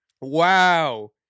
Wow